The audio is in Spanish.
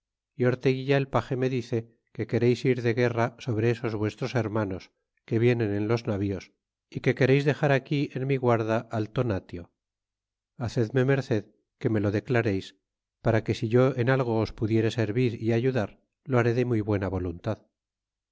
orte guilla el page me dice que quereis ir de guerra sobre esos vuestros hermanos que vienen en los navíos é que quereis dexar aquí en mi guarda al tonatio hacedme merced que me lo declareis para que si yo en algo os pudiere servir é ayudar lo haré de muy buena voluntad